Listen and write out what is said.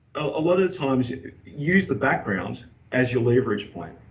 a lot of times you use the background as your leverage point.